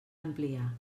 ampliar